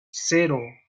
cero